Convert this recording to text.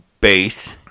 base